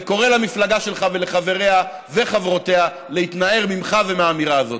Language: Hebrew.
וקורא למפלגה שלך ולחבריה וחברותיה להתנער ממך ומהאמירה הזאת.